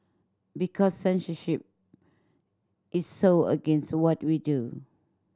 because censorship is so against what we do